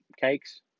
cakes